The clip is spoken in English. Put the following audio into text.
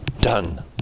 done